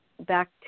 back